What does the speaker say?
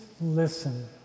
listen